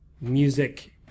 music